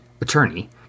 attorney